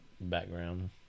background